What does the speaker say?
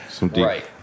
Right